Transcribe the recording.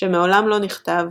שמעולם לא נכתב,